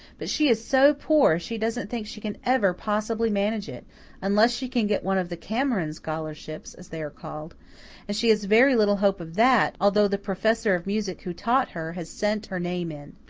but she is so poor she doesn't think she can ever possibly manage it unless she can get one of the cameron scholarships, as they are called and she has very little hope of that, although the professor of music who taught her has sent her name in.